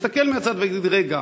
הוא יסתכל מהצד ויגיד: רגע,